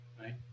Right